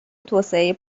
توسعه